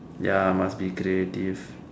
ya must be creative